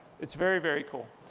it's very, very cool.